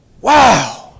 Wow